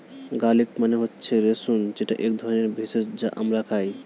garlic মানে হচ্ছে রসুন যেটা এক ধরনের ভেষজ যা আমরা খাই